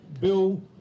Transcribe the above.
Bill